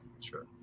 Sure